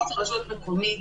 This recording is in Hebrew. "להורות לרשות מקומית